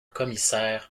commissaire